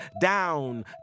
down